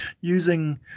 using